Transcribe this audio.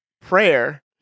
prayer